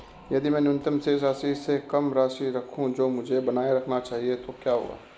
यदि मैं न्यूनतम शेष राशि से कम राशि रखूं जो मुझे बनाए रखना चाहिए तो क्या होगा?